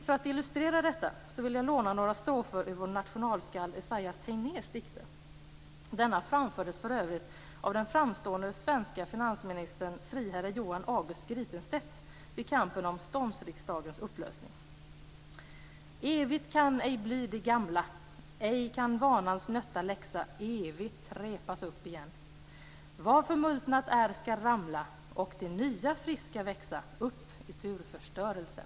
För att illustrera detta vill jag till sist låna några strofer ur vår nationalskald Esaias Tegnérs dikter. Denna framfördes för övrigt av den framstående svenske finansministern friherre Johan August Gripenstedt vid kampen om ståndsriksdagens upplösning. Evigt kan ej bli det gamla, ej kan vanans nötta läxa evigt repas upp igen. Vad förmultnat är skall ramla, och det nya, friska växa upp utur förstörelsen.